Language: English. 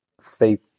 faith